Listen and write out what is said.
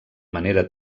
manera